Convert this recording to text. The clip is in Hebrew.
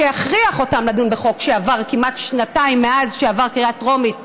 שיכריח אותם בחוק שעבר כמעט שנתיים מאז שעבר קריאה טרומית במליאה,